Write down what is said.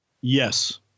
Yes